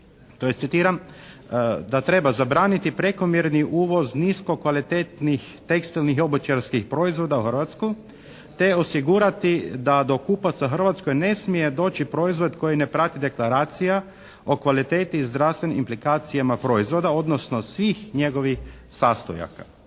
"da treba zabraniti prekomjerni uvoz niskokvalitetnih tekstilnih i obućarskih proizvoda u Hrvatsku" te osigurati da do kupaca u Hrvatskoj ne smije doći proizvod koji ne prati deklaracija o kvaliteti i zdravstvenim implikacijama proizvoda, odnosno svih njegovih sastojaka".